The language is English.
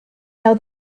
now